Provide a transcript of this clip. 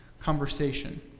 conversation